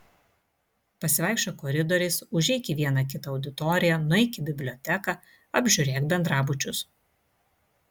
pasivaikščiok koridoriais užeik į vieną kitą auditoriją nueik į biblioteką apžiūrėk bendrabučius